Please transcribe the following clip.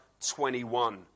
21